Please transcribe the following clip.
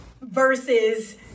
versus